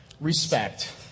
respect